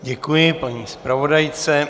Děkuji paní zpravodajce.